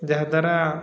ଯାହାଦ୍ୱାରା